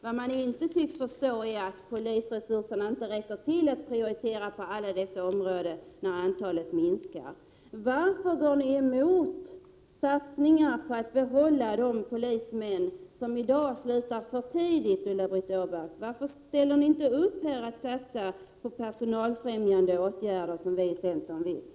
Vad de inte tycks förstå är att polisresurserna inte räcker till för att prioritera alla områden då antalet polismän minskar. Varför går ni emot satsningar på att behålla de polismän som i dag slutar i förtid, Ulla-Britt Åbark? Varför ställer ni inte upp bakom satsningen på personalfrämjande åtgärder, som vi i centern har föreslagit?